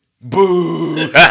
Boo